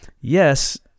yes